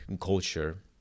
culture